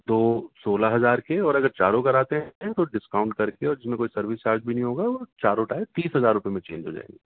دو سولہ ہزار کے اور اگر چاروں کراتے ہیں تو ڈسکاؤنٹ کر کے اور جس میں کوئی سروس چارج بھی نہیں ہوگا وہ چاروں تیس ہزار روپئے میں چینج ہو جائیں گے